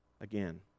Again